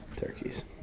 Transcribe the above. Turkeys